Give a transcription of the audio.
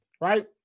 right